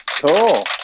Cool